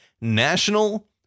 National